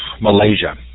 Malaysia